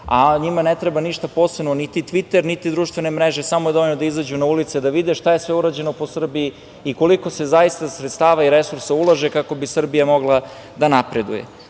a njima ne treba ništa posebno niti Tviter, niti društvene mreže, samo je dovoljno da izađu na ulice, da vide šta je sve urađeno po Srbiji i koliko se zaista sredstava i resursa ulaže kako bi Srbija mogla da napreduje. Kada